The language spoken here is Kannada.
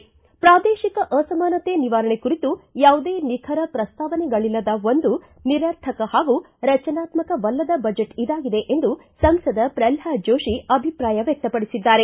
ಪೂದೇಶಿಕ ಅಸಮಾನತೆ ನಿವಾರಣೆ ಕುರಿತು ಯಾವುದೇ ನಿಖರ ಪ್ರಸ್ತಾವನೆಗಳಿಲ್ಲದ ಒಂದು ನಿರರ್ಥಕ ಹಾಗು ರಚನಾತ್ಸಕವಲ್ಲದ ಬಜೆಟ್ ಇದಾಗಿದೆ ಎಂದು ಸಂಸದ ಪ್ರಲ್ನಾದ ಜೋಷಿ ಅಭಿಪ್ರಾಯವ್ಯಕ್ತಪಡಿಸಿದ್ದಾರೆ